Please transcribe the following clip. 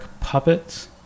puppets